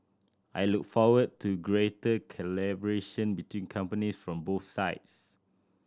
I look forward to greater collaboration between companies from both sides